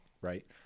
right